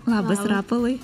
labas rapolai